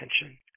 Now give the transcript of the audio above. attention